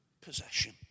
possession